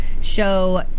show